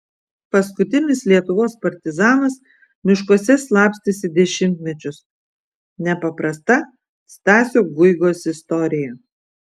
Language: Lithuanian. paskutinis lietuvos partizanas miškuose slapstėsi dešimtmečius nepaprasta stasio guigos istorija